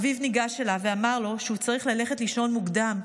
אביו ניגש אליו ואמר לו שהוא צריך ללכת לישון מוקדם,